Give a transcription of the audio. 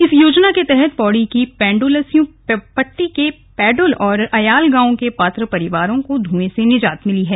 इस योजना के तहत पौड़ी की पैड़ुलस्यूं पट्टी के पैड़ुल और अयाल गांवों के पात्र परिवारों को धूए से निजात मिली है